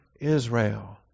israel